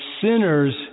sinners